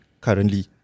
currently